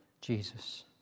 Jesus